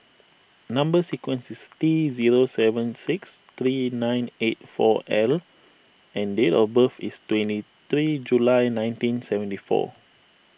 Number Sequence is T zero seven six three nine eight four L and date of birth is twenty three July nineteen seventy four